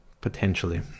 potentially